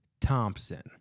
Thompson